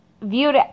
viewed